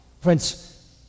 Friends